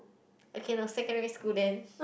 okay no secondary school then